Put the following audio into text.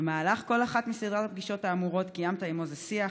במהלך כל אחת מסדרת הפגישות האמורות קיימת עם מוזס שיח,